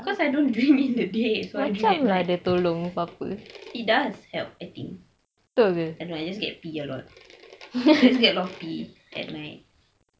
cause I don't drink in the day that's why I drink at night it does help I think I don't know I just know I get to pee a lot I just get a lot of pee at night